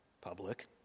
public